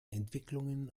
entwicklungen